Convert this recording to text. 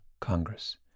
Congress